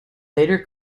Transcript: later